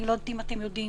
אני לא יודעת אם אתם יודעים,